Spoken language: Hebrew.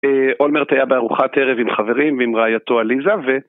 אולמרט תהיה בארוחת ערב עם חברים ועם רעייתו עליזה, ו...